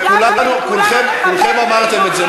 שמרנו לאורך כל הדיון על תרבות דיון ביום הזה,